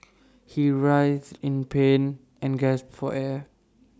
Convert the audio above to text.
he writhed in pain and gasped for air